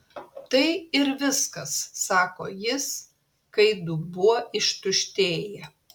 tai ir viskas sako jis kai dubuo ištuštėja